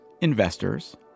investors